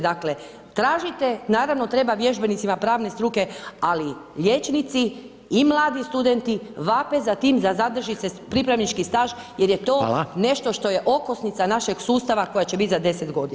Dakle, tražite, naravno, treba vježbenicima pravne struke, ali liječnici i mladi studenti vape za tim da zadrži se pripravnički staž jer je to [[Upadica: Hvala]] nešto što je okosnica našeg sustava koja će biti za 10 godina.